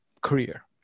career